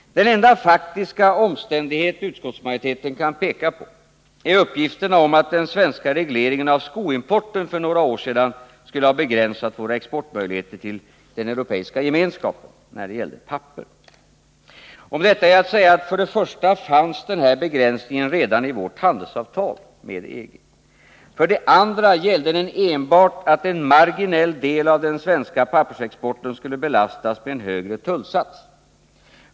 Den enda faktiska omständighet som utskottsmajoriteten kan peka på är uppgifterna om att den svenska regleringen av skoimporten för några år sedan skulle ha begränsat våra möjligheter att exportera papper till den europeiska gemenskapen. Om detta är följande att säga: För det första fanns denna begränsning redan i vårt handelsavtal med EG. För det andra gällde den enbart att en marginell del av den svenska pappersexporten skulle belastas med en högre tullsats.